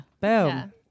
Boom